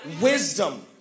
Wisdom